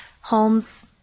Holmes